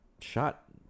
shot